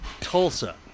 Tulsa